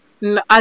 No